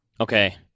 Okay